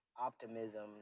optimism